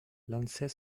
l’anses